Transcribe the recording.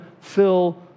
fill